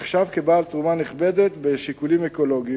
נחשב כבעל תרומה נכבדת בשיקולים אקולוגיים,